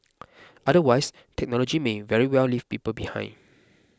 otherwise technology may very well leave people behind